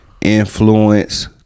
influence